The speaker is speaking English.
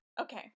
Okay